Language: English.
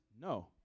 No